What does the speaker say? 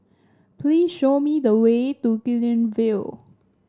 please show me the way to Guilin View